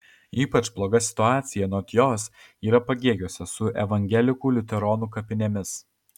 ypač bloga situacija anot jos yra pagėgiuose su evangelikų liuteronų kapinėmis